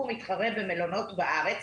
מתחרה במלונות בארץ,